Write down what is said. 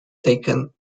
taken